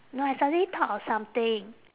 no I suddenly thought of something